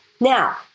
Now